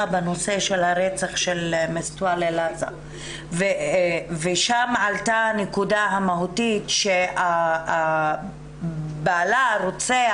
בנושא של הרצח של מסטוואל --- ושם עלתה נקודה מהותית שבעלה הרוצח,